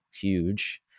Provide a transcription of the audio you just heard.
huge